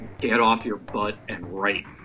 get-off-your-butt-and-write